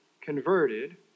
converted